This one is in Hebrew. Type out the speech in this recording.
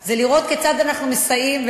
זה לראות כיצד אנחנו מסייעים.